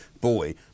boy